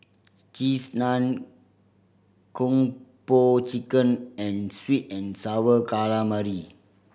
Cheese Naan Kung Po Chicken and sweet and Sour Calamari